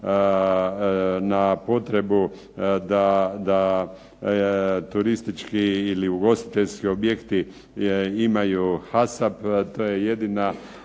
na potrebu da turistički ili ugostiteljski objekti imaju HASAP, to je jedina